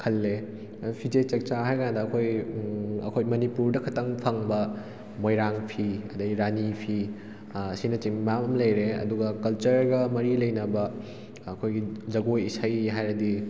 ꯈꯜꯂꯦ ꯑꯗꯨ ꯐꯤꯖꯦꯠ ꯆꯛꯆꯥ ꯍꯥꯏꯔꯀꯥꯟꯗ ꯑꯩꯈꯣꯏ ꯑꯩꯈꯣꯏ ꯃꯅꯤꯄꯨꯔꯗ ꯈꯛꯇꯪ ꯐꯪꯕ ꯃꯣꯏꯔꯥꯡ ꯐꯤ ꯑꯗꯨꯗꯩ ꯔꯥꯅꯤ ꯐꯤ ꯑꯁꯤꯅ ꯆꯤꯡꯕ ꯃꯌꯥꯝ ꯑꯃ ꯂꯩꯔꯦ ꯑꯗꯨꯒ ꯀꯜꯆꯔꯒ ꯃꯔꯤ ꯂꯩꯅꯕ ꯑꯩꯈꯣꯏꯒꯤ ꯖꯒꯣꯏ ꯏꯁꯩ ꯍꯥꯏꯔꯗꯤ